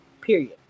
period